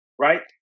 Right